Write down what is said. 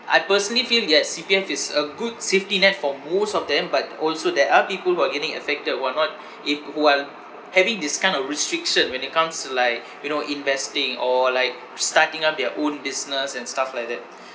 I personally feel yes C_P_F is a good safety net for most of them but also there are people who are getting affected who are not if while having this kind of restriction when it comes to like you know investing or like starting up their own business and stuff like that